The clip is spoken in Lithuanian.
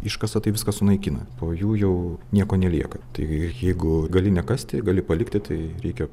iškasa tai viską sunaikina po jų jau nieko nelieka tai jeigu gali nekasti gali palikti tai reikia